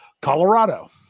Colorado